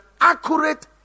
accurate